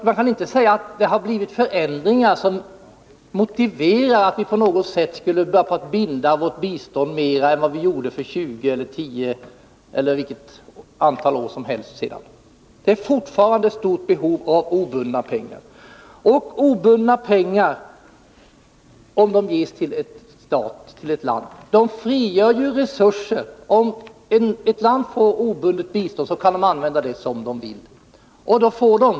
Man kan inte säga att det har skett förändringar som motiverar att vi på något sätt börjar binda vårt bistånd mer än vad vi gjorde för exempelvis 10 eller 20 år sedan. Det föreligger fortfarande ett stort behov av obundna pengar. Om ett land får obundet bistånd, kan det användas på det sätt som landet finner vara bäst.